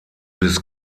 bis